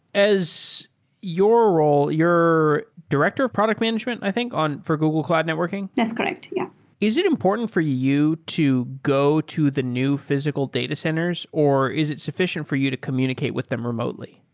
as your role, you're director of product management, i think, for google cloud networking that's correct. yeah is it important for you to go to the new physical data centers or is it suffi cient for you to communicate with them remotely?